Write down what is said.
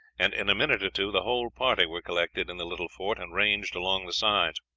and in a minute or two the whole party were collected in the little fort, and ranged along the sides.